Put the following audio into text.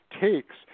takes